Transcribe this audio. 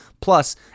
Plus